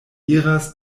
iras